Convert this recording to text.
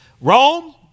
Rome